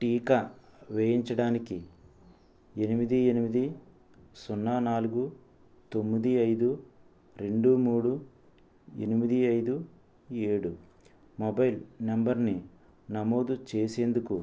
టీకా వేయించడానికి ఎనిమిది ఎనిమిది సున్నా నాలుగు తొమ్మిది ఐదు రెండు మూడు ఎనిమిది ఐదు ఏడు మొబైల్ నంబరుని నమోదు చేసేందుకు